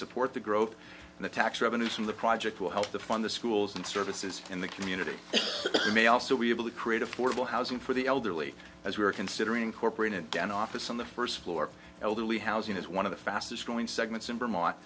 support the growth in the tax revenues from the project will help to fund the schools and services in the community may also be able to create affordable housing for the elderly as we are considering corporon again office on the first floor elderly housing is one of the fastest growing segments in vermont